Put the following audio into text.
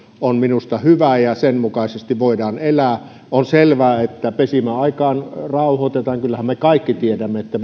on minusta hyvä ja sen mukaisesti voidaan elää on selvää että ne pesimäaikaan rauhoitetaan kyllähän me kaikki tiedämme että